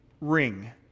ring